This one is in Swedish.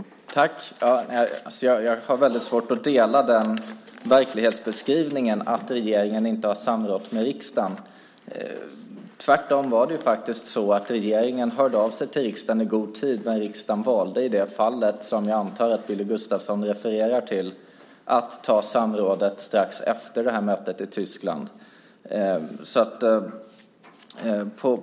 Herr talman! Jag har väldigt svårt att dela verklighetsbeskrivningen att regeringen inte har samrått med riksdagen. Tvärtom hörde regeringen av sig till riksdagen i god tid. Riksdagen valde i det fallet, som jag antar att Billy Gustafsson refererar till, att ta samrådet strax efter mötet i Tyskland.